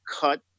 cut